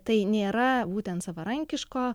tai nėra būtent savarankiško